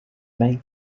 main